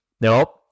Nope